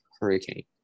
hurricane